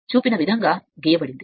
ప్రారంభంలో నిర్లక్ష్యం చేయవచ్చు